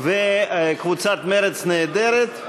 קבוצת מרצ, נעדרת.